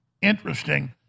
interesting